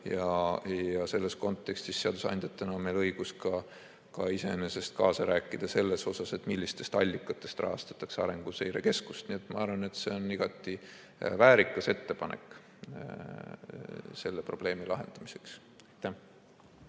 Ja selles kontekstis on meil seadusandjatena õigus kaasa rääkida ka selles osas, millistest allikatest rahastatakse Arenguseire Keskust. Nii et ma arvan, et see on igati väärt ettepanek selle probleemi lahendamiseks.